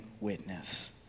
witness